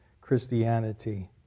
Christianity